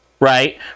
right